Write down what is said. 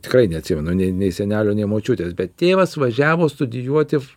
tikrai neatsimenu nei nei senelio nei močiutės bet tėvas važiavo studijuoti